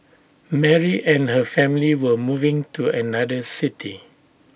Mary and her family were moving to another city